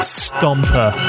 stomper